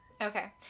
Okay